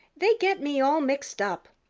they get me all mixed up.